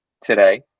today